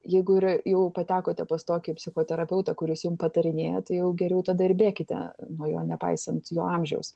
jeigu ir jau patekote pas tokį psichoterapeutą kuris jum patarinėja tai jau geriau tada ir bėkite nuo jo nepaisant jo amžiaus